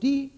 Detta